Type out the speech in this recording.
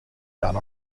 done